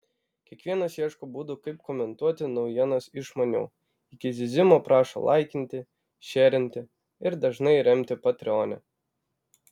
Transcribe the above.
kiekvienas ieško būdų kaip komentuoti naujienas išmaniau iki zyzimo prašo laikinti šierinti ir dažnai remti patreone